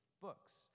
books